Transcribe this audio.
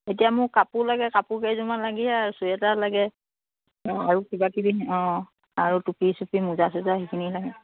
এতিয়া মোক কাপোৰ লাগে কাপোৰ কেইযোৰমান লাগি আৰু চুৱেটাৰ লাগে আৰু কিবা কিবি অঁ আৰু টুপি চুপি মোজা চোজা সেইখিনি লাগে